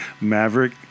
Maverick